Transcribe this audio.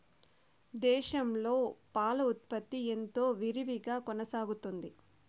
దేశంలో పాల ఉత్పత్తి ఎంతో విరివిగా కొనసాగుతోంది